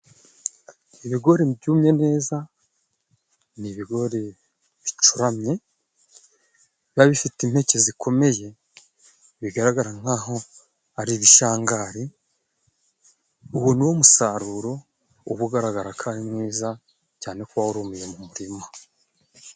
Ibigori byumye neza ni ibigori bicuramye biba bifite impeke zikomeye, bigaragara nk'aho ari ibishangari uwo niwo musaruro uba ugaragara ko ari mwiza cyane ko uba warumiye mu murima.